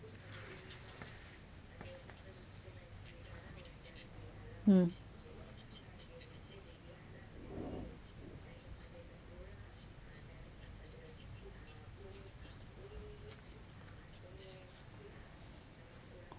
mm